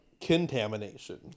contamination